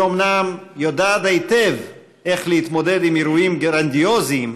היא אומנם יודעת היטב איך להתמודד עם אירועים גרנדיוזיים,